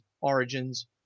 origins